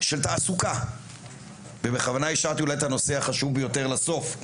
של תעסוקה ובכוונה השארתי אולי את הנושא החשוב ביותר לסוף.